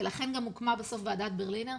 ולכן גם הוקמה בסוף ועדת ברלינר,